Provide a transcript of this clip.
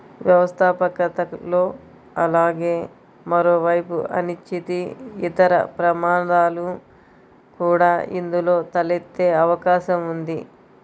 వ్యవస్థాపకతలో అలాగే మరోవైపు అనిశ్చితి, ఇతర ప్రమాదాలు కూడా ఇందులో తలెత్తే అవకాశం ఉంది